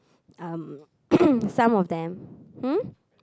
um some of them hmm